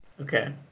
okay